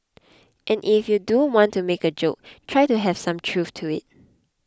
and if you do want to make a joke try to have some truth to it